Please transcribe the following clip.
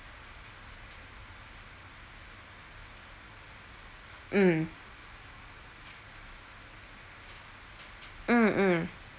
mm mm mm